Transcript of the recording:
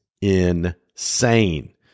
insane